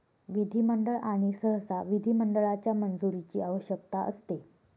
विधिमंडळ आणि सहसा विधिमंडळाच्या मंजुरीची आवश्यकता असते